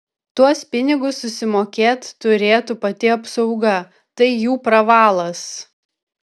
tuos pinigus susimokėt turėtų pati apsauga tai jų pravalas